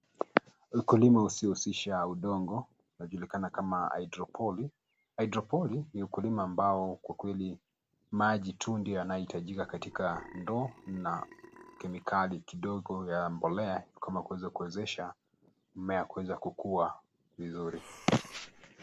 Ukulima usiohusisha udongo unajulilikana kama haidroponi: Haidroponi ni ukulima ambao kwa kweli maji tu ndio yanayohitajika katika ndoo na kemikali kidogo ya mbolea kama kuweza kuwezesha mmea kuweza kukua vizuri.